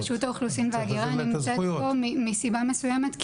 רשות האוכלוסין וההגירה נמצאת פה מסיבה מסוימת,